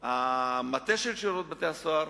של שירות בתי-הסוהר,